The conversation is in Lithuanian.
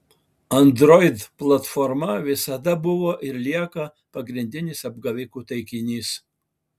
android platforma visada buvo ir lieka pagrindinis apgavikų taikinys